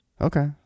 Okay